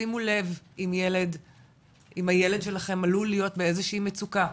שימו לב אם הילד שלכם עלול להיות באיזושהי מצוקה,